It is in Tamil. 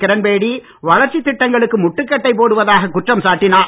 கிரண்பேடி வளர்ச்சி திட்டங்களுக்கு முட்டுக்கட்டை போடுவதாகக் குற்றம் சாட்டினார்